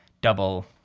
double